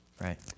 right